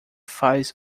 faz